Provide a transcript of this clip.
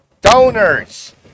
donors